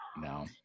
No